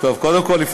אבל שאפו על הנחישות.